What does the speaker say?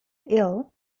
ill